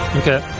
Okay